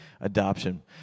adoption